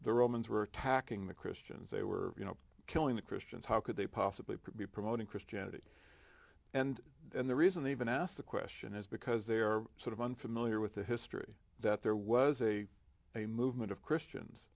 the romans were attacking the christians they were you know killing the christians how could they possibly promoting christianity and the reason they even asked the question is because they are sort of unfamiliar with the history that there was a a movement of christians